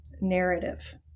narrative